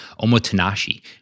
omotenashi